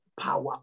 power